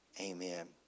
amen